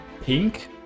pink